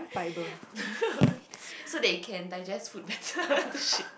so they can digest food better